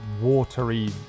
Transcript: Watery